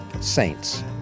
Saints